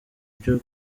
byo